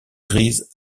grise